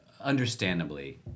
understandably